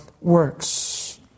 works